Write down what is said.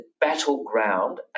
battleground